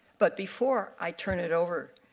but before i turn it over,